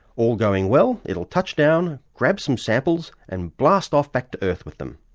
all going well, it'll touch down, grab some samples, and blast off back to earth with them.